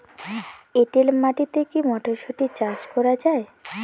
এটেল মাটিতে কী মটরশুটি চাষ করা য়ায়?